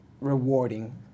rewarding